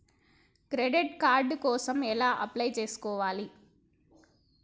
Credit card కోసం ఎలా apply చేసుకోవాలి?